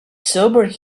sobered